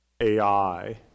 AI